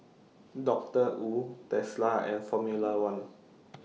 Doctor Wu Tesla and Formula one